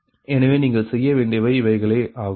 எனவே நீங்கள் செய்ய வேண்டியவை இவைகளே ஆகும்